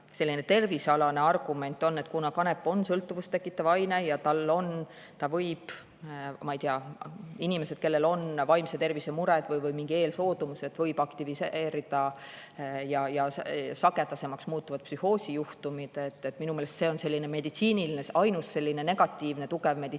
selline tervisealane argument on, et kuna kanep on sõltuvust tekitav aine, siis ta võib, ma ei tea, inimestel, kellel on vaimse tervise mure või mingi eelsoodumus, seda aktiviseerida ja sagedasemaks muutuvad psühhoosijuhtumid. Minu meelest see on ainus selline negatiivne tugev meditsiiniline